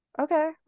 okay